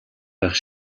байх